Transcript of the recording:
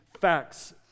facts